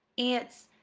it's